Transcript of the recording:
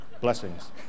Blessings